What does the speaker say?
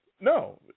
No